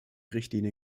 richtlinie